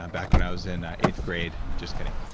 ah back when i was in eighth grade. just kidding